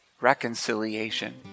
reconciliation